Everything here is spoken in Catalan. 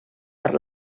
per